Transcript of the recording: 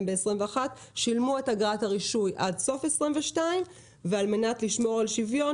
ב-2021 שילמו את אגרת הרישוי עד סוף 2022 ועל מנת לשמור על שוויון,